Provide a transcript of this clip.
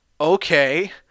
okay